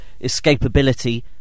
escapability